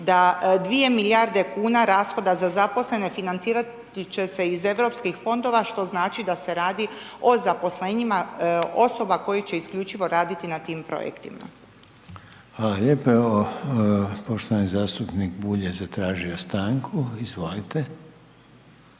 da dvije milijarde kuna rashoda za zaposlene, financirati će se iz Europskih fondova, što znači da se radi o zaposlenjima osoba koje će isključivo raditi na tim projektima. **Reiner, Željko (HDZ)** Hvala lijepo. Evo, poštovani zastupnik Bulj je zatražio stanku, izvolite.